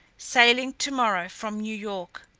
sailing to-morrow from new york.